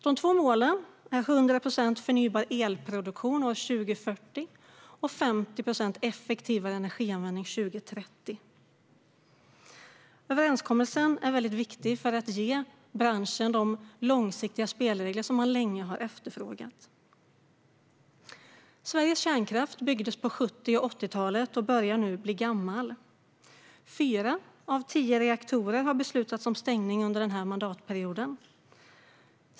De två målen är 100 procent förnybar elproduktion till år 2040 och 50 procent effektivare energianvändning till år 2030. Överenskommelsen är viktig för att ge branschen de långsiktiga spelregler den länge har efterfrågat. Sveriges kärnkraft byggdes på 70 och 80-talen och börjar bli gammal. Man har beslutat att fyra av tio reaktorer ska stängas under denna mandatperiod.